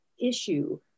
issue